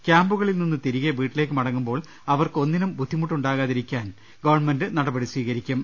ക്യാമ്പുകളിൽ നിന്ന് തിരികെ വീട്ടിലേക്ക് മടങ്ങുമ്പോൾ അവർക്ക് ഒന്നിനും മുട്ടുണ്ടാകാതിരിക്കാൻ ഗവൺമെന്റ് നടപടി സ്വീകരിക്കും